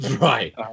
Right